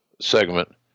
segment